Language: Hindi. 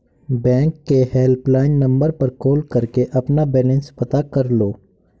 बैंक के हेल्पलाइन नंबर पर कॉल करके अपना बैलेंस पता कर लो